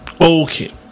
Okay